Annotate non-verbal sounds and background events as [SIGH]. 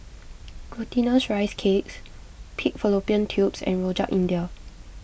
[NOISE] Glutinous Rice Cakes Pig Fallopian Tubes and Rojak India [NOISE]